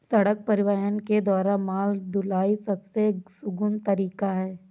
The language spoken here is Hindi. सड़क परिवहन के द्वारा माल ढुलाई सबसे सुगम तरीका है